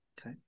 okay